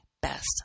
best